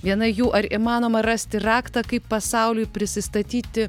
viena jų ar įmanoma rasti raktą kaip pasauliui prisistatyti